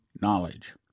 knowledge